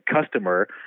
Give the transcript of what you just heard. customer